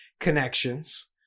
connections